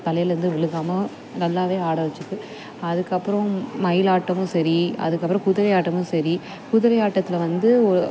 தலைலேருந்து விழுகாம நல்லா ஆட வெச்சுது அதுக்கப்புறம் மயிலாட்டமும் சரி அதுக்கப்புறம் குதிரை ஆட்டமும் சரி குதிரை ஆட்டத்தில் வந்து ஒரு